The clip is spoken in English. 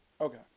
Okay